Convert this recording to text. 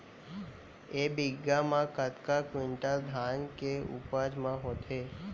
एक बीघा म कतका क्विंटल धान के उपज ह होथे?